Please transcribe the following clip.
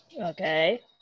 Okay